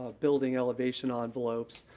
ah building elevation ah envelopes,